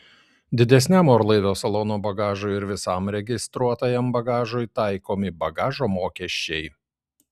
didesniam orlaivio salono bagažui ir visam registruotajam bagažui taikomi bagažo mokesčiai